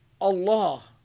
Allah